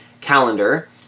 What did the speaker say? calendar